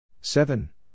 Seven